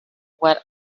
what